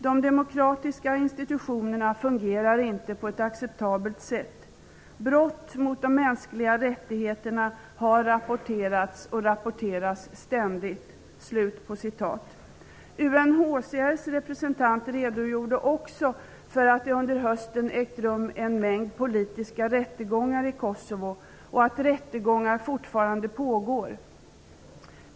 De demokratiska institutionerna fungerar inte på ett acceptabelt sätt. Brott mot de mänskliga rättigheterna har rapporterats och rapporteras ständigt.'' UNHCR:s representant redogjorde också för att det under hösten har ägt rum en mängd politiska rättegångar i Kosovo och förklarade att rättegångar fortfarande pågår.